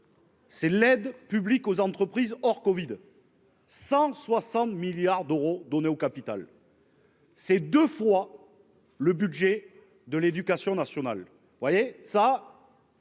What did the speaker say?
C'est l'aide publique aux entreprises hors Covid. 160 milliards d'euros donnés au Capitole. C'est 2 fois le budget de l'Éducation nationale, vous voyez